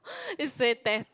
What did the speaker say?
it's